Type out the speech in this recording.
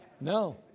No